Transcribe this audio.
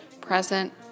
present